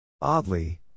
Oddly